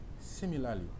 Similarly